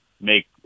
make